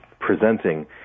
presenting